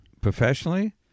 Professionally